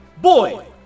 boy